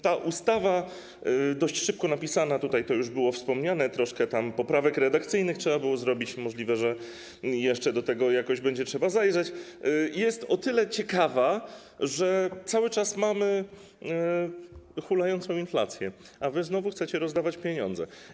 Ta ustawa - dość szybko napisana, o czym już było wspomniane, bo troszkę poprawek redakcyjnych trzeba było tam zrobić i możliwe, że jeszcze do tego jakoś będzie trzeba zajrzeć - jest o tyle ciekawa, że chociaż cały czas mamy hulającą inflację, to wy znowu chcecie rozdawać pieniądze.